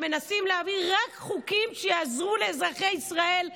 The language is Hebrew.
מנסים להביא רק חוקים שיעזרו לאזרחי ישראל,